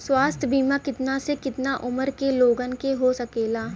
स्वास्थ्य बीमा कितना से कितना उमर के लोगन के हो सकेला?